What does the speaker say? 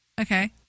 Okay